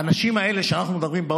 האנשים האלה שאנחנו מדברים עליהם,